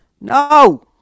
No